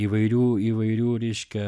įvairių įvairių reiškia